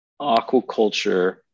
aquaculture